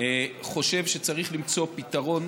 חושב שצריך למצוא פתרון